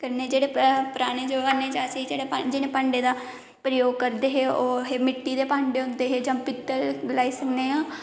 कन्नै जेहडे़ पराने जमाने च अस ई जेहडे़ जिनें भांडे दा प्रयोग करदे हे ओह हे मिट्टी दे भांडे होंदे हे जां पित्तल गलाई सकने आं